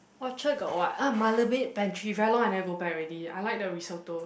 Orchard got what ah Marmalade Pantry very long I never go back already I like the risotto